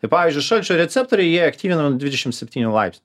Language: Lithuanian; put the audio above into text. tai pavyzdžiui šalčio receptoriai jie aktyvinami nuo dvidešim septynių laips